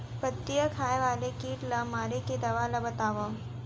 पत्तियां खाए वाले किट ला मारे के दवा ला बतावव?